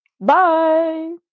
Bye